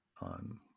on